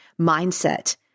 mindset